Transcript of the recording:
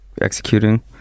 executing